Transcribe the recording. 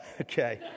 Okay